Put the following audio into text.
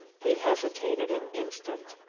he hesitated an instant.